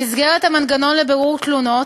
במסגרת המנגנון לבירור תלונות,